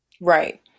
Right